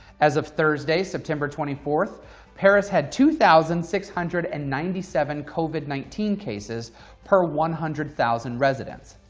as of thursday, september twenty fourth perris had two thousand six hundred and ninety seven covid nineteen cases per one hundred thousand residents.